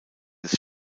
des